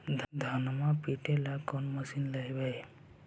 धनमा पिटेला कौन मशीन लैबै?